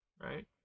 right